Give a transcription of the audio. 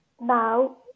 now